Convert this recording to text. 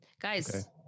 Guys